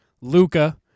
Luca